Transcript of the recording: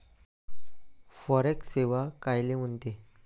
Forex सेवा कायले म्हनते?